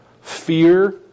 fear